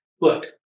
look